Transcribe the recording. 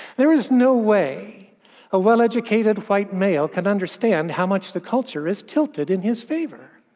there is no way a well-educated white male can understand how much the culture is tilted in his favor.